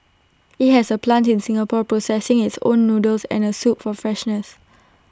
IT has A plant in Singapore processing its own noodles and A soup for freshness